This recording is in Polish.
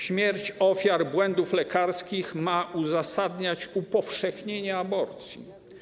Śmierć ofiar błędów lekarskich ma uzasadniać upowszechnienie aborcji.